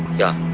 yeah,